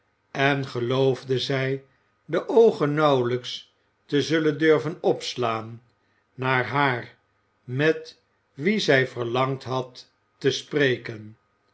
en geloofde zij de oogen nauwelijks te zullen durven opslaan naar haar met wie zij verlangd had te spreken